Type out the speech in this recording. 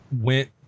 went